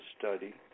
study